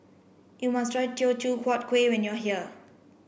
you must try Teochew Huat Kuih when you are here